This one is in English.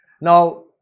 Now